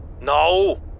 No